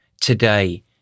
today